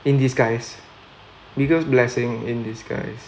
in disguise bigger blessing in disguise